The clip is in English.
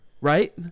right